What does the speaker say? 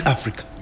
Africa